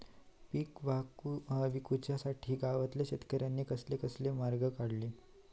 पीक विकुच्यासाठी गावातल्या शेतकऱ्यांनी कसले कसले मार्ग काढले?